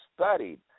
studied